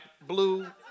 blue